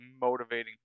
motivating